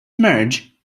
merge